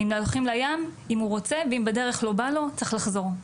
אם הולכים לים אם הוא רוצה ואם בדרך לא בא לו צריך לחזור.